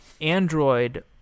Android